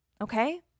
okay